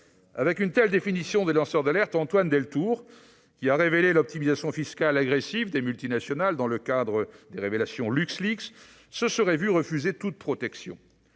Avec une telle définition des lanceurs d'alerte, Antoine Deltour, qui a révélé l'optimisation fiscale agressive des multinationales dans le cadre des se serait vu refuser toute protection.